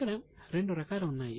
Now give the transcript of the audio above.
ఇక్కడ రెండు రకాలు ఉన్నాయి